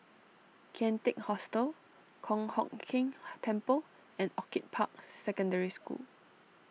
Kian Teck Hostel Kong Hock Keng Temple and Orchid Park Secondary School